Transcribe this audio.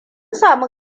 samu